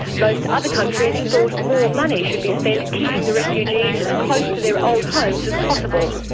like other countries thought more money should be spent keeping the refugees as close to their old homes as possible.